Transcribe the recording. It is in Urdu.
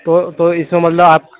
تو تو یہ سمجھ لو آپ